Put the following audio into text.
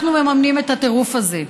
אנחנו מממנים את הטירוף הזה.